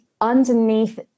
underneath